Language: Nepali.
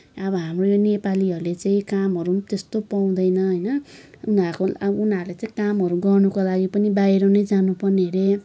अब हाम्रो यो नेपालीहरूले चाहिँ कामहरू पनि त्यस्तो पाउँदैन होइन उनीहरूले चाहिँ कामहरू गर्नको लागि पनि बाहिर नै जानुपर्ने अरे